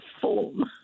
form